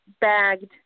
bagged